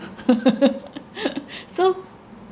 so